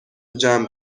جمع